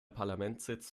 parlamentssitz